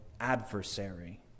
adversary